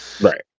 Right